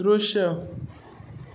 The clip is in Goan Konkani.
दृश्य